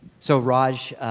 so raj,